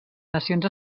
nacions